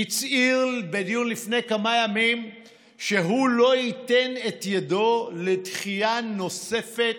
הצהיר בדיון לפני כמה ימים שהוא לא ייתן את ידו לדחייה נוספת